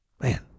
man